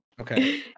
Okay